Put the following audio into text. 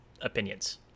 opinions